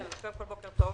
בוקר טוב.